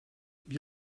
wie